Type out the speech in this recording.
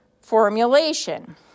formulation